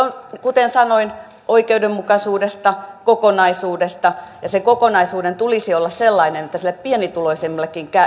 kuten sanoin oikeudenmukaisuudesta kokonaisuudesta ja sen kokonaisuuden tulisi olla sellainen että sille pienituloisimmallekin